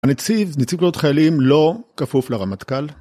נציב נציב לו עוד חיילים לא כפוף לרמטכ״ל